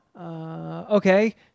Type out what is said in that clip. okay